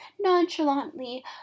nonchalantly